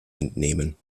entnehmen